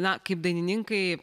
na kaip dainininkai